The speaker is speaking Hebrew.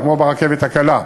זה כמו ברכבת הקלה.